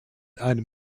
einem